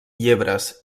llebres